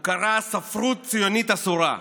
הוא קרא ספרות ציונית אסורה,